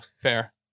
fair